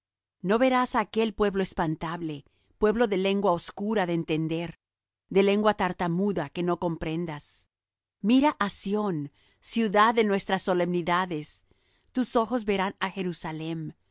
no verás á aquel pueblo espantable pueblo de lengua oscura de entender de lengua tartamuda que no comprendas mira á sión ciudad de nuestras solemnidades tus ojos verán á jerusalem